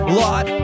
lot